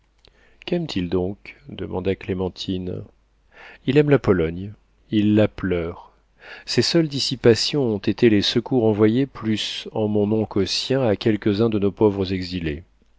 donc demanda clémentine il aime la pologne il la pleure ses seules dissipations ont été les secours envoyés plus en mon nom qu'au sien à quelques-uns de nos pauvres exilés